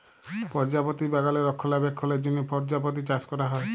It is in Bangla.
পরজাপতি বাগালে রক্ষলাবেক্ষলের জ্যনহ পরজাপতি চাষ ক্যরা হ্যয়